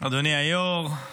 אדוני היו"ר,